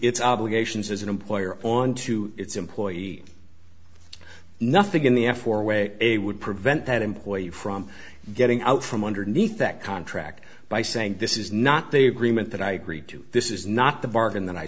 its obligations as an employer onto its employee nothing in the f or way a would prevent that employee from getting out from underneath that contract by saying this is not the agreement that i agreed to this is not the bargain that i